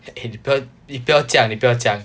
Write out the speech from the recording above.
你你你不要这样你不要这样